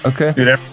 Okay